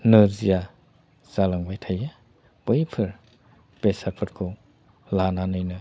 नोरजिया जालांबाय थायो बैफोर बेसादफोरखौ लानानैनो